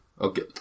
Okay